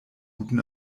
guten